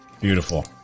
Beautiful